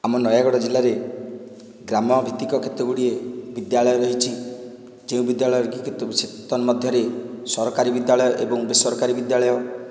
ଆମ ନୟାଗଡ଼ ଜିଲ୍ଲାରେ ଗ୍ରାମଭିତ୍ତିକ କେତେଗୁଡ଼ିଏ ବିଦ୍ୟାଳୟ ରହିଛି ଯେଉଁ ବିଦ୍ୟାଳୟରେ କି ତନ୍ମଧ୍ୟରେ ସରକାରୀ ବିଦ୍ୟାଳୟ ଏବଂ ବେସରକାରୀ ବିଦ୍ୟାଳୟ